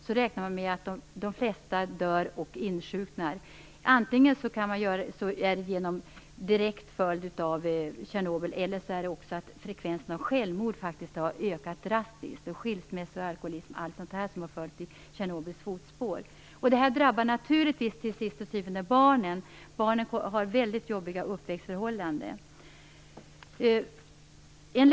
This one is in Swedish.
Man räknar med att de flesta dör och insjuknar, antingen som en direkt följd av Tjernobylkatastrofen eller på grund av att frekvensen av självmord har ökat drastiskt i Tjernobyls fotspår, liksom skilsmässor, alkoholism etc. Detta drabbar naturligtvis barnen, som har väldigt jobbiga uppväxtförhållanden.